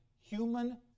human